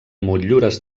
motllures